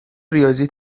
ریاضی